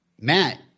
Matt